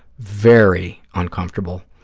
very uncomfortable